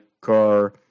car